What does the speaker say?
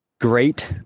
great